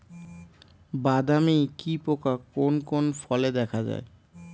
বাদামি কি পোকা কোন কোন ফলে দেখা যায়?